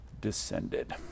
descended